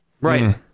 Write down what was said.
Right